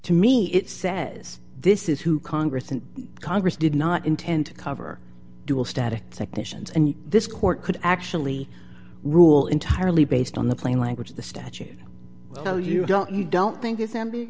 to me it says this is who congress and congress did not intend to cover dual static technicians and this court could actually rule entirely based on the plain language of the statute oh you don't you don't think it